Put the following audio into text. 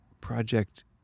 project